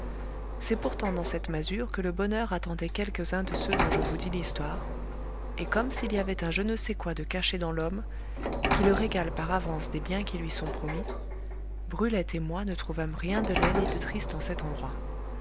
c'est pourtant dans cette masure que le bonheur attendait quelques-uns de ceux dont je vous dis l'histoire et comme s'il y avait un je ne sais quoi de caché dans l'homme qui le régale par avance des biens qui lui sont promis brulette et moi ne trouvâmes rien de laid ni de triste en cet endroit